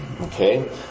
okay